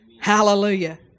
Hallelujah